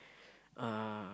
uh